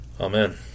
Amen